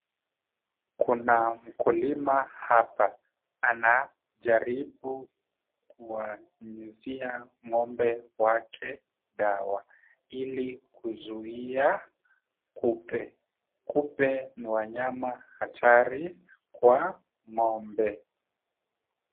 Kuna mkulima hapa anajaribu kuwanyunyizia ng'ombe wake dawa ili kuzuia kupe. Kupe ni wanyama hatari kwa ng'ombe.